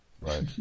right